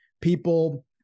people